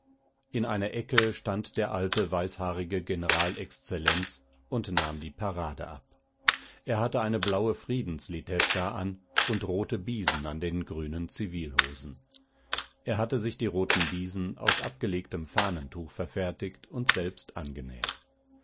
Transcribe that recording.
in einer ecke stand der alte weißhaarige general exzellenz und nahm die parade ab er hatte eine blaue friedenslitewka an und rote biesen an den grünen zivilhosen er hatte sich die roten biesen aus abgelegtem fahnentuch verfertigt und selbst angenäht